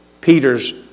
Peter's